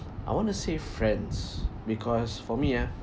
I wanna say friends because for me ah